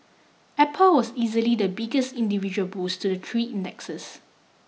apple was easily the biggest individual boost to the three indexes